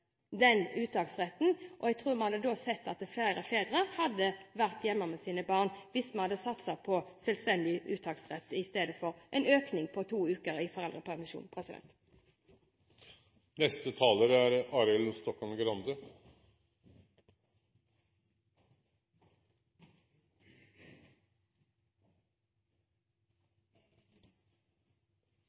den uttaksretten. Jeg tror vi hadde sett at flere fedre hadde vært hjemme med sine barn hvis vi hadde satset på selvstendig uttaksrett i stedet for en økning på to uker i foreldrepermisjonen. Man skal lytte godt når representanten Solveig Horne sier at dette er